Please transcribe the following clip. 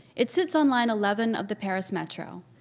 it sits on line eleven of the paris metro,